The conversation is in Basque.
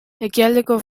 ekialdeko